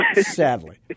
Sadly